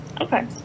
Okay